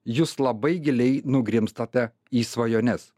jus labai giliai nugrimztate į svajones